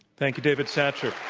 thank you, david satcher.